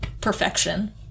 perfection